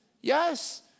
yes